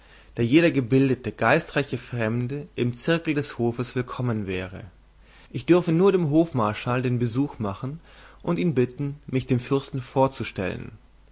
da jeder gebildete geistreiche fremde im zirkel des hofes willkommen wäre ich dürfe nur dem hofmarschall den besuch machen und ihn bitten mich dem fürsten vorzustellen